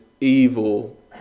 evil